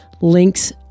links